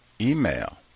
email